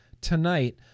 tonight